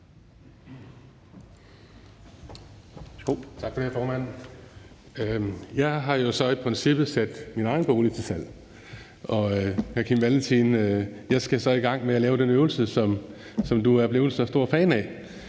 Jeg har sat min egen bolig til salg, og jeg skal så, hr. Kim Valentin, i gang med at lave den øvelse, som du er blevet så stor fan af,